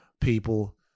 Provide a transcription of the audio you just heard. people